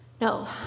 No